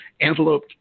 Antelope